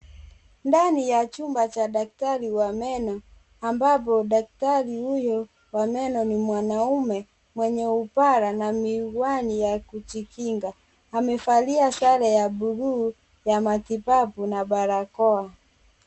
Ndani ya chumba cha daktari wa meno, ambapo daktari huyo wa meno ni mwanaume mwenye upara na miwani ya kujikinga. Amevalia sare ya bluu ya matibabu na barakoa.